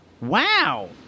Wow